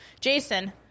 Jason